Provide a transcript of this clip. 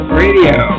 radio